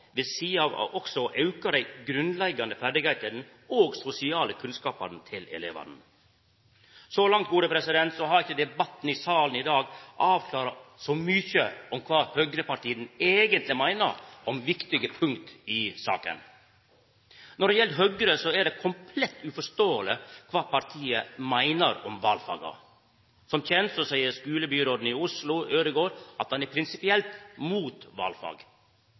ved sida av òg å auka dei grunnleggjande ferdigheitene og dei sosiale kunnskapane til elevane. Så langt har ikkje debatten i salen i dag avklara så mykje om kva høgrepartia eigentleg meiner om viktige punkt i saka. Når det gjeld Høgre, er det komplett uforståeleg kva partiet meiner om valfaga. Som kjent seier skulebyråden i Oslo, Torger Ødegaard, at han er prinsipielt imot valfag.